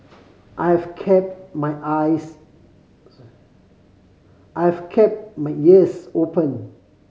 I have kept my eyes I have kept my ears open